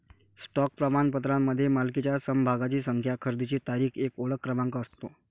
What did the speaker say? stock प्रमाणपत्रामध्ये मालकीच्या समभागांची संख्या, खरेदीची तारीख, एक ओळख क्रमांक असतो